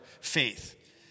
faith